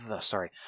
sorry